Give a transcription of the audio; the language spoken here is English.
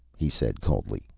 he said coldly.